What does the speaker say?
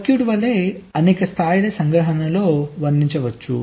circuit వలె అనేక స్థాయిల సంగ్రహణలో వర్ణించవచ్చు